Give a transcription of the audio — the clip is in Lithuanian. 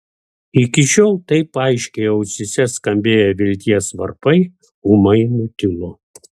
iki šiol taip aiškiai ausyse skambėję vilties varpai ūmai nutilo